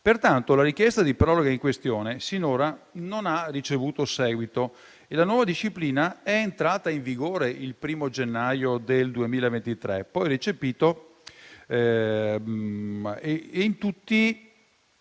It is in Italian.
Pertanto, la richiesta di proroga in questione sinora non ha ricevuto seguito. La nuova disciplina è entrata in vigore il 1° gennaio 2023 per tutti i